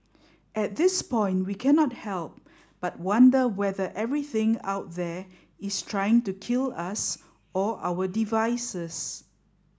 at this point we cannot help but wonder whether everything out there is trying to kill us or our devices